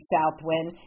Southwind